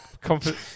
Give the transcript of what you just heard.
confidence